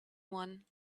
one